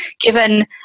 given